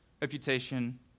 reputation